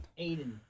Aiden